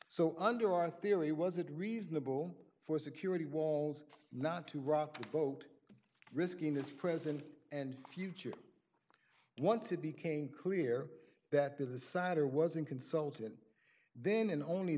so under our theory was it reasonable for security walls not to rock the boat risking this present and future once it became clear that the decider wasn't consultant then and only